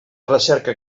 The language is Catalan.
recerca